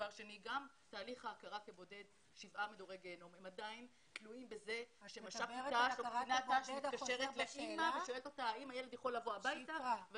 אלא להראות שיש עדיפות לאלה שתורמים ועושים מאמץ עילאי.